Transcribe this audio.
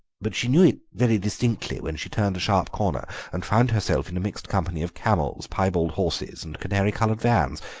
but she knew it very distinctly when she turned a sharp corner and found herself in a mixed company of camels, piebald horses, and canary-coloured vans.